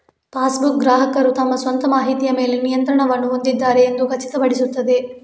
passbook, ಗ್ರಾಹಕರು ತಮ್ಮ ಸ್ವಂತ ಮಾಹಿತಿಯ ಮೇಲೆ ನಿಯಂತ್ರಣವನ್ನು ಹೊಂದಿದ್ದಾರೆ ಎಂದು ಖಚಿತಪಡಿಸುತ್ತದೆ